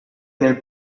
nel